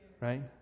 right